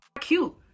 cute